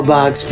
Box